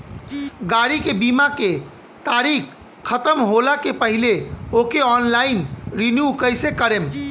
गाड़ी के बीमा के तारीक ख़तम होला के पहिले ओके ऑनलाइन रिन्यू कईसे करेम?